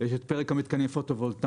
יש את פרק המתקנים הפוטו-וולטאים,